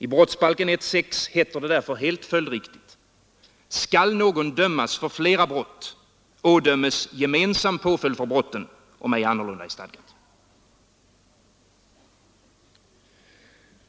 I brottsbalken 1 kap. 6 § heter det därför helt följdriktigt: ”Skall någon dömas för flera brott, ådömes gemensam påföljd för brotten, om ej annat är stadgat.”